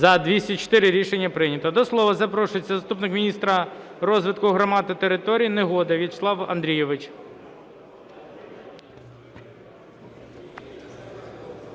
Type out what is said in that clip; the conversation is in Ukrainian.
За-204 Рішення прийнято. До слова запрошується заступник міністра розвитку громад і територій Негода В'ячеслав Андрійович.